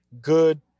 good